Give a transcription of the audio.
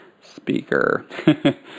speaker